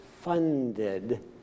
Funded